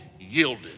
yielded